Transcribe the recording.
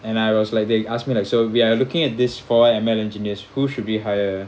and I was like they ask me like so we are looking at this four M_L engineers who should we hire